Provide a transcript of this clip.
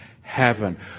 heaven